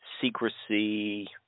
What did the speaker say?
secrecy